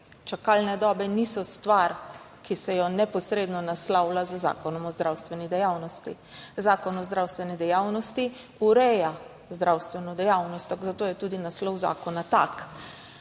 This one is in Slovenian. Čakalne dobe niso stvar, ki se jo neposredno naslavlja z Zakonom o zdravstveni dejavnosti. Zakon o zdravstveni dejavnosti ureja zdravstveno dejavnost, tako, zato je tudi naslov zakona tak.